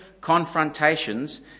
confrontations